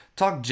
talk